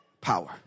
power